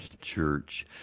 Church